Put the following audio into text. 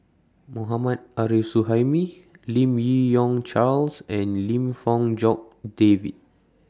Mohammad Arif Suhaimi Lim Yi Yong Charles and Lim Fong Jock David